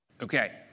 Okay